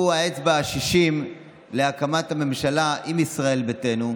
הוא האצבע ה-60 להקמת הממשלה עם ישראל ביתנו.